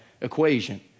equation